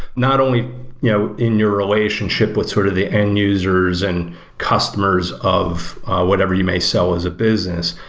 not only you know in your relationship with sort of the end users and customers of whatever you may sell as a business,